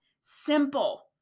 Simple